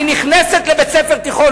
אני נכנסת לבית-ספר תיכון,